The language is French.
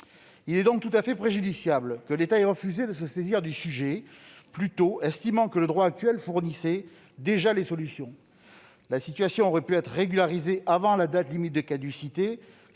Il est donc tout à fait préjudiciable que l'État ait refusé de se saisir du sujet plus tôt, estimant que le droit actuel fournissait déjà des solutions. La situation aurait pu être régularisée avant la date limite de caducité,